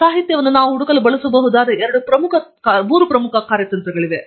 ಆದ್ದರಿಂದ ಸಾಹಿತ್ಯವನ್ನು ಹುಡುಕಲು ನಾವು ಬಳಸಬಹುದಾದ ಮೂರು ಪ್ರಮುಖ ಕಾರ್ಯತಂತ್ರಗಳಿವೆ